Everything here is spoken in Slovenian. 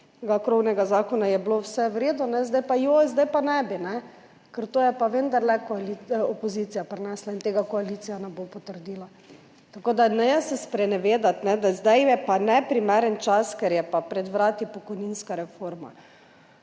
krovnega zakona, je bilo vse v redu, zdaj pa, joj, zdaj pa ne bi, ker to je pa vendarle opozicija prinesla in tega koalicija ne bo potrdila. Tako da se ne sprenevedati, da zdaj je pa neprimeren čas, ker je pa pred vrati pokojninska reforma.